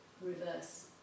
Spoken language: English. reverse